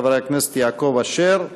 חברי הכנסת יעקב אשר,